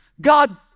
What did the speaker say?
God